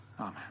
Amen